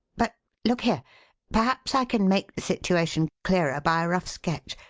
but look here perhaps i can make the situation clearer by a rough sketch.